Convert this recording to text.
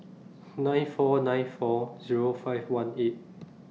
nine four nine four Zero five one eight